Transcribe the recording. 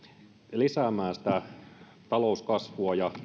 lisäämään sitä talouskasvua ja